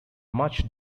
much